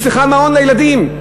והיא צריכה מעון לילדים,